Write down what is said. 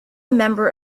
member